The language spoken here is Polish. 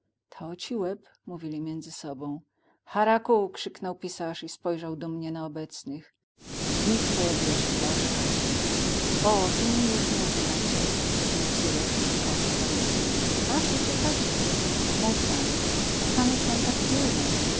to ci łeb mówili między sobą haraku krzyknął pisarz i spojrzał dumnie na obecnych w mig pojawiła się flaszka o tu mnie już nie upytacie szepnął cyrek i powstał każ uciekacie muszę kanyż wam tak pilno